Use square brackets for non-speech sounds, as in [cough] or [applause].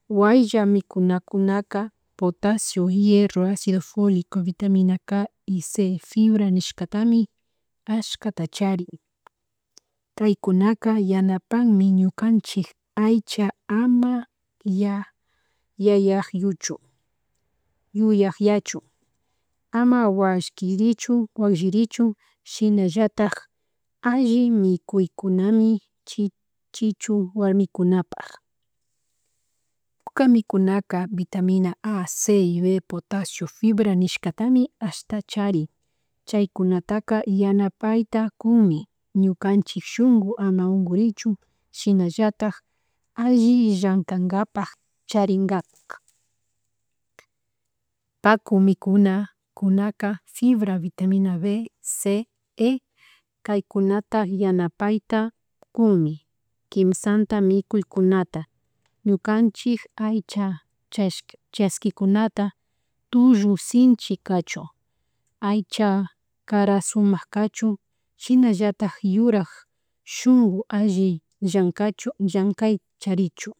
Waylla mikunakunaka potasio, hierro, acido folico, vitamina k y C fibra nishkatami ashkata charin, kaykunaka yanapanmi ñukanchik aycha ama [hesitation] yayakyuchun yuyakyachun ama walkirichun wakllirichun, shinallatak alli mikuykunami [hesitation] chichu warmikunapak, puka mikunaka vitamina, A, C, y B, potasio fibra nishkatami, ashkta charin chaykunaka yanapayta kunmi ñukanchik shunku ama unkurichun shinallatak alli llankanpak charinkapak, paku mikuna kunaka fibra vitamina B, C, E, kaykunata yanapayta kunmi kimsanta mikuykunta ñucanchik aycha [hesitation] chaskikunata, tullu sinchi kachun, aycha cara sumak cachun, shinallatak yurak shunku alli llankachu llankay charichun